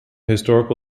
historical